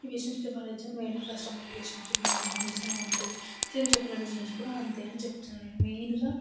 ఈ బిజినెస్ని ప్రారంభించే అప్పుడు వేరే కస్టమర్ రిలేషన్షిప్ని మెయిన్టెయిన్ చేస్తే బాగుంటుంది సేమ్ చెప్పుల బిజినెస్ కూడా అంతే అని చెప్తుంది మెయిన్గా